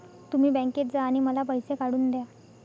तुम्ही बँकेत जा आणि मला पैसे काढून दया